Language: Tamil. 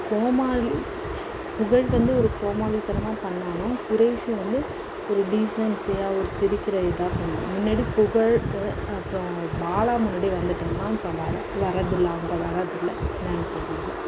கோமாளி புகழ் வந்து ஒரு கோமாளித்தனமாக பண்ணாலும் குறைஷி வந்து ஒரு டீசென்சியாக ஒரு சிரிக்கிற இதாக பண்ணுவான் முன்னாடி புகழ் அப்புறோம் பாலா முன்னாடி வந்துட்டுருந்தான் இப்போ வர வரதில்லை அவங்க வரதில்லை என்னான்னு தெரில